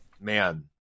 man